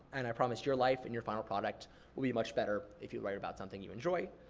and i promise your life and your final product will be much better if you write about something you enjoy.